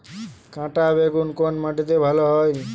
কাঁটা বেগুন কোন মাটিতে ভালো হয়?